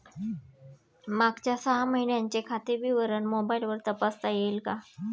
मागच्या सहा महिन्यांचे खाते विवरण मोबाइलवर तपासता येईल का?